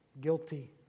guilty